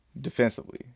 defensively